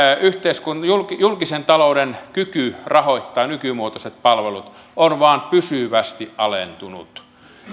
julkisen julkisen talouden kyky rahoittaa nykymuotoiset palvelut on vain pysyvästi alentunut